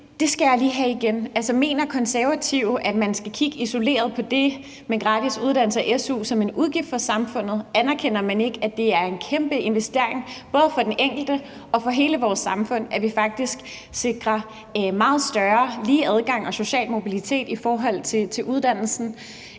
Det skal jeg lige have igen. Altså, mener Konservative, at man skal kigge isoleret på det med gratis uddannelse og su som en udgift for samfundet? Anerkender man ikke, at det er en kæmpe investering, både for den enkelte og for hele vores samfund, at vi faktisk sikrer meget større og lige adgang og social mobilitet i forhold til uddannelse?